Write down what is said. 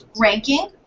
ranking